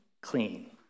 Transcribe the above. clean